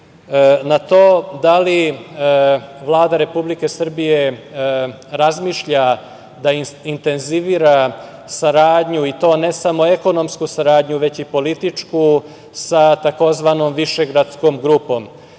na to da li Vlada Republike Srbije razmišlja da intenzivira saradnju i to ne samo ekonomsku saradnju, već i političku, sa tzv. Višegradskom grupom,